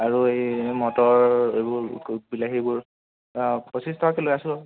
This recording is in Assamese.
আৰু এই মটৰ এইবোৰ বিলাহী এইবোৰ পঁচিছ টকাকৈ লৈ আছোঁ